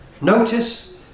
Notice